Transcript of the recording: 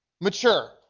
mature